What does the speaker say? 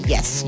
Yes